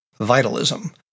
vitalism